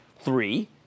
Three